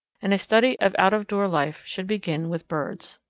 and a study of out-of-door life should begin with birds.